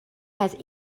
has